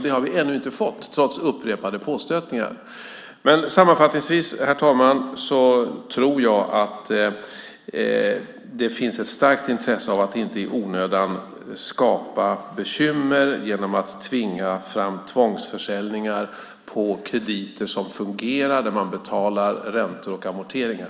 Det har vi ännu inte fått trots upprepade påstötningar. Sammanfattningsvis, herr talman, tror jag att det finns ett starkt intresse av att inte i onödan skapa bekymmer genom att tvinga fram tvångsförsäljningar på grund av krediter som fungerar, man betalar räntor och amorteringar.